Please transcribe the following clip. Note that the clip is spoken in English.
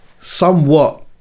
somewhat